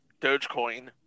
Dogecoin